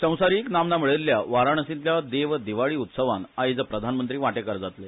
संवसारिक नामना मेळयल्ल्या वाराणसीतल्यां देव दिवाळी उत्सवान आयज प्रधानमंत्री वांटेकार जातले